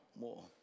more